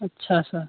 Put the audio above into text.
अच्छा सर